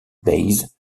base